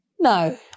No